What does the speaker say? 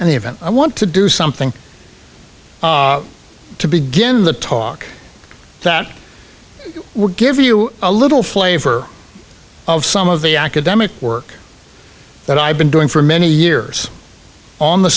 the event i want to do something to begin the talk that we're giving you a little flavor of some of the academic work that i've been doing for many years on the